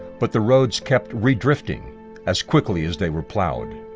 but the roads kept re-drifting as quickly as they were plowed.